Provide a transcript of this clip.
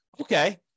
Okay